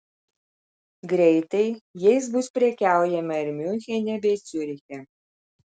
greitai jais bus prekiaujama ir miunchene bei ciuriche